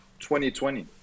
2020